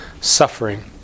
suffering